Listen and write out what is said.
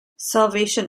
salvation